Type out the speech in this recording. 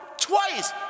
twice